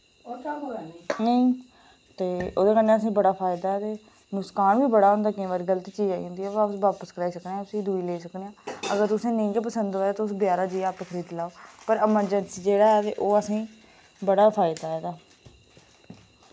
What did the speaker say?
नेईं ते ओह्दे कन्नै असें बड़ा फायदा ते नुस्कान बी बड़ा होंदा केईं बारी गलत चीज आई जंदी वा अस बापस कराई सकने उसी दुई लेई सकने आं अगर तुसें नेईं गै पसंद होऐ तुस बजारा जाइयै आपे खरीदी लैओ पर अमर्जेंसी जेह्ड़ा ऐ ते ओह् असें बड़ा फायदा इदा